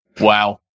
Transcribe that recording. Wow